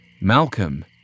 Malcolm